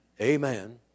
amen